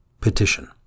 Petition